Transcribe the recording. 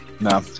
no